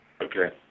Okay